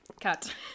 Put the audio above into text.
cut